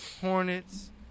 Hornets